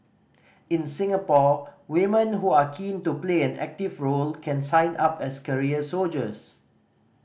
in Singapore women who are keen to play an active role can sign up as career soldiers